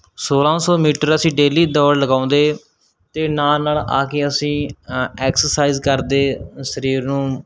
ਸੋਲ੍ਹਾਂ ਸੌ ਮੀਟਰ ਅਸੀਂ ਡੇਲੀ ਦੌੜ ਲਗਾਉਂਦੇ ਅਤੇ ਨਾਲ ਨਾਲ ਆ ਕੇ ਅਸੀਂ ਐ ਐਕਸਰਸਾਈਜ਼ ਕਰਦੇ ਸਰੀਰ ਨੂੰ